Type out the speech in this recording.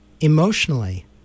emotionally